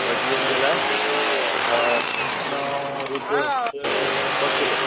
भॼीअनि जे लाए त हिंगदाणा विझोसि त ॿ किलो